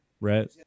right